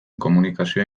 komunikazioa